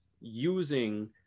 using